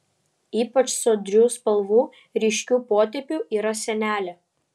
ypač sodrių spalvų ryškių potėpių yra senelė